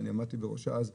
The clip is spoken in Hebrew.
שעמדתי אז בראשה.